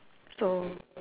so